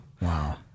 wow